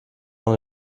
noch